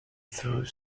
through